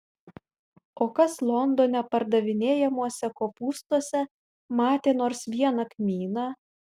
o kas londone pardavinėjamuose kopūstuose matė nors vieną kmyną